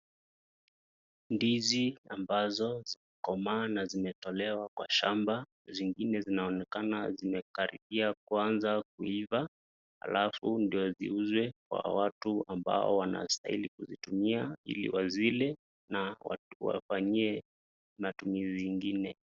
Ndizi ambazo zimekoma zimetolewa kwa shamba, zingine zinaonekana zimekarabia kuanza kuivaa alfu ndio ziuzwe Kwa watu wanastahili kuzitumia ili wazile na wafanye matumizi zingine.